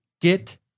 Get